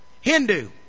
Hindu